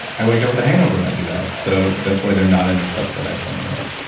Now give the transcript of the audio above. i wake up with a hangover when i do that. so that's why they're not in the stuff that i formulate.